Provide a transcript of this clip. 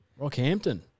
Rockhampton